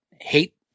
hate